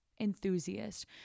enthusiast